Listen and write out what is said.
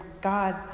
God